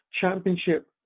championship